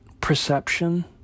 perception